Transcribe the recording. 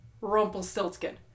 Rumpelstiltskin